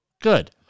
Good